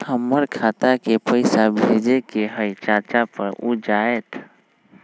हमरा खाता के पईसा भेजेए के हई चाचा पर ऊ जाएत?